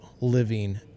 living